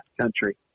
country